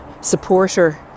supporter